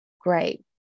Great